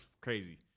crazy